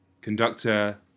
Conductor